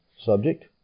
subject